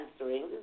answering